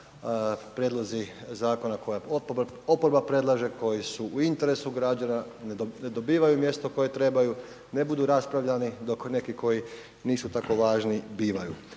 prijedlozi zakona koje oporba predlaže, koji su u interesu građana, ne dobivaju mjesto koje trebaju, ne budu raspravljani dok kod nekih koji nisu tako važni bivaju.